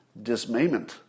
dismayment